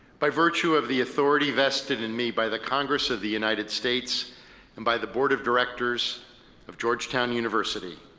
by virtue of the authority vested in me by the congress of the united states and by the board of directors of georgetown university,